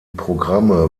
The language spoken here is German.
programme